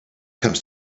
comes